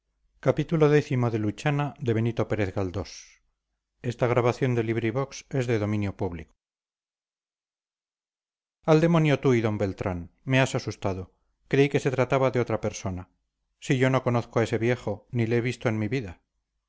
al demonio tú y d beltrán me has asustado creí que se trataba de otra persona si yo no conozco a ese viejo ni le he visto en mi vida